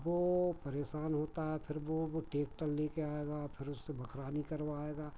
वो परेशान होता है फिर वो अब टेक्टर लेके आएगा फिर उससे बखरानी करवाएगा